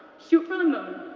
shoot for the moon.